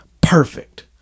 perfect